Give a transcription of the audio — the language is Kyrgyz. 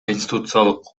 конституциялык